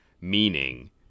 meaning